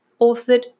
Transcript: authored